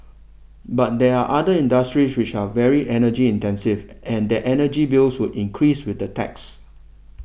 but there are other industries which are very energy intensive and their energy bills would increase with the tax